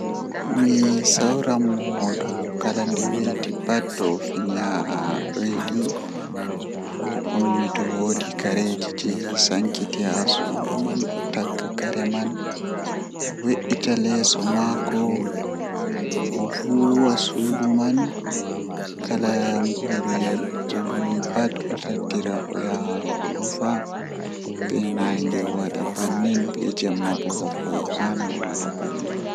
Mi sawran mo dow kala fajjira pat to ofini haa ɗoiɗi to o ummi to woodi kare je'i sankiti haa suudu man o tagga kare man o we''ita leeso maako o ovuuwa suudu man kala mbuuri ohuwi pat otattira oyaha orufa be naange o wada bannin be jemma bako o ɗaano owada bannin.